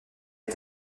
est